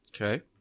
okay